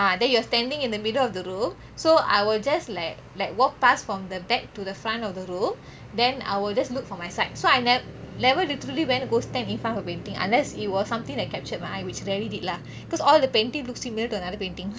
ah then you are standing in the middle of the row so I will just like walk past from the back to the front of the room then I will just look for my side so I nev~ never literally went to go stand infront of a painting unless it was something that captured my eye which rarely did lah because all the paintings look similar to another painting